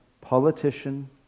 politician